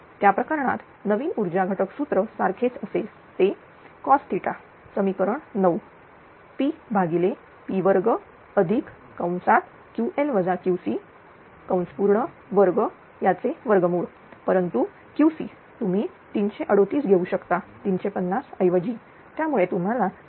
त्या प्रकरणात नवीन ऊर्जा घटक सूत्र सारखेच असेल ते cos समिकरण 9 Pp2212परंतु QC तुम्ही 338 घेऊ शकता 350 ऐवजी त्यामुळे तुम्हाला 0